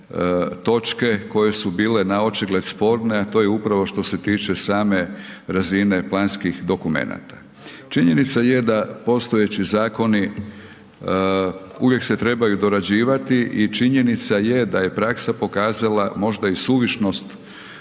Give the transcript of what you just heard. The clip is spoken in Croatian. točke koje su bile na očigled sporne, a to je upravo što se tiče same razine planskih dokumenata. Činjenica je da postojeći zakoni uvijek se trebaju dorađivati i činjenica je da je praksa pokazala možda i suvišnost